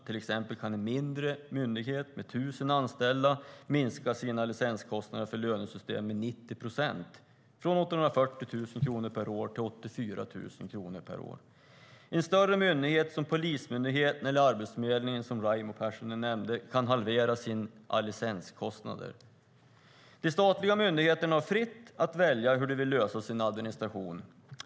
Till exempel kan en mindre myndighet med 1 000 anställda minska sina licenskostnader för lönesystem med 90 procent, från 840 000 kronor per år till 84 000. En större myndighet som Polismyndigheten, eller Arbetsförmedlingen som Raimo Pärssinen nämnde, kan halvera sina licenskostnader. De statliga myndigheterna är fria att välja hur de ska lösa sin administration.